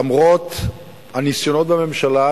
למרות הניסיונות של הממשלה,